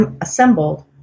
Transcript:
Assembled